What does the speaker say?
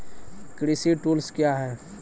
कृषि टुल्स क्या हैं?